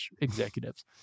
executives